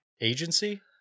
agency